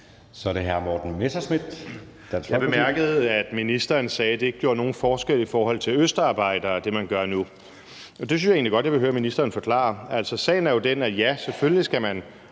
Så er det hr. Morten Messerschmidt,